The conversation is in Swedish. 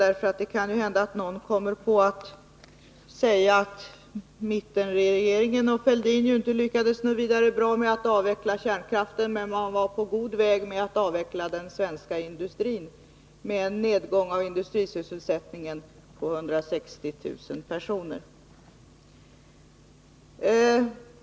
Det kan ju hända att någon kommer på att säga att mittenregeringen och Fälldin inte lyckades något vidare bra med att avveckla kärnkraften, men att den var på god väg att avveckla den svenska industrin med en nedgång i industrisysselsättningen på 160 000 personer.